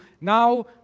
now